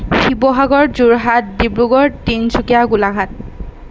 Sivasagar Jorhat Dibrugarh Tinsukia Golaghat